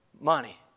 Money